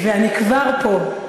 ואני כבר פה.